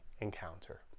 encounter